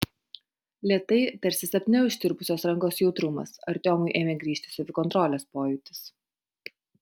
lėtai tarsi sapne užtirpusios rankos jautrumas artiomui ėmė grįžti savikontrolės pojūtis